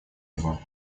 его